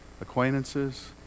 acquaintances